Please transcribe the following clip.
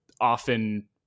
often